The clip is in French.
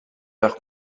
heure